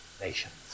nations